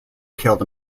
killed